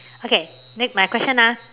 okay next my question ah